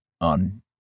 on